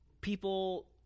people